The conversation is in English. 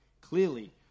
Clearly